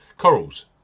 Corals